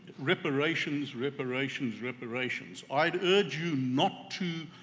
reparations, reparations, reparations, i'd urge you not to